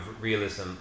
realism